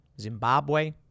Zimbabwe